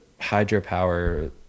hydropower